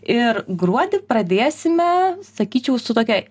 ir gruodį pradėsime sakyčiau su tokia